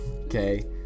okay